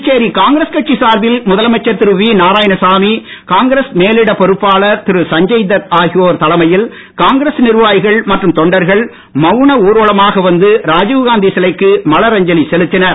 Puducherry Congress கட்சி சார்பில் முதலமைச்சர் திரு வி நாராயணசாமி காங்கிரஸ் மேலிடப் பொறுப்பாளர் திரு சஞ்சய்தத் ஆகியோர் தலைமையில் காங்கிரஸ் நிர்வாகிகள் மற்றும் தொண்டர்கள் மவுன ஊர்வலமாக வந்து ராஜீவ்காந்தி சிலைக்கு மலர் அஞ்சலி செலுத்தினர்